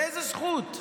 באיזו זכות?